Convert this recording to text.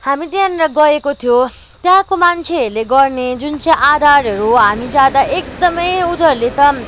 हामी त्यहाँनिर गएको थियो त्यहाँको मान्छेहरूले गर्ने जुन चाहिँ आदरहरू हामी जाँदा एकदमै उनीहरूले त